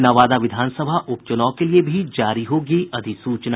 नवादा विधानसभा उपचुनाव के लिए भी जारी होगी अधिसूचना